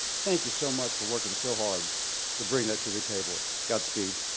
thank you so much for working so hard to bring that to the table. godspeed.